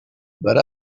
but